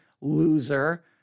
loser